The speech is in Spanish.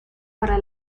para